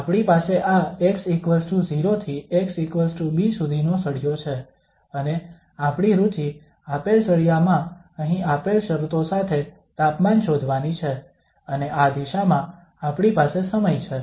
તો આપણી પાસે આ x0 થી xb સુધીનો સળિયો છે અને આપણી રુચિ આપેલ સળિયામાં અહીં આપેલ શરતો સાથે તાપમાન શોધવાની છે અને આ દિશામાં આપણી પાસે સમય છે